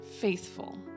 faithful